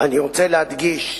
אני רוצה להדגיש,